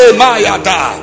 mayada